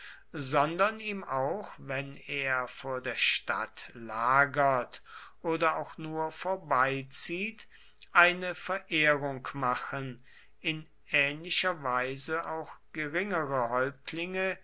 sondern ihm auch wenn er vor der stadt lagert oder auch nur vorbeizieht eine verehrung machen in ähnlicher weise auch geringere häuptlinge